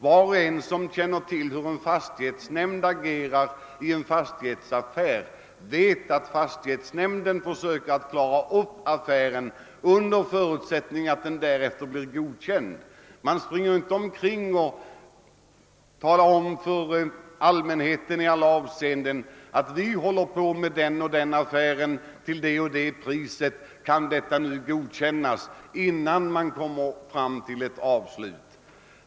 Var och en som känner till hur en fastighetsnämnd agerar i en fastighetsaffär, vct att nämnden försöker klara upp affären och träffar avtal under förutsättning av att detta därefter blir godkänt. Man talar inte i förväg om för allmänheten att man håller på att slutföra den och den affären till det och det priset, och man frågar inte om affären kan godkännas innan man kommit till ett avslut.